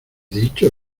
dicho